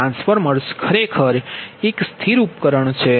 તેથી ટ્રાન્સફોર્મર ખરેખર એક સ્થિર ઉપકરણ છે